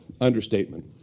Understatement